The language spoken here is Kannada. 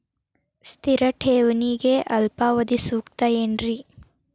ಸ್ಥಿರ ಠೇವಣಿಗೆ ಅಲ್ಪಾವಧಿ ಸೂಕ್ತ ಏನ್ರಿ?